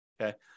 Okay